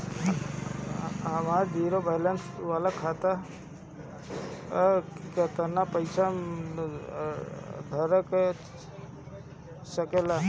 हमार zero balance वाला खतवा म केतना पईसा धरा सकेला?